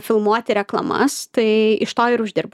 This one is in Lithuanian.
filmuoti reklamas tai iš to ir uždirbu